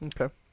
Okay